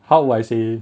how would I say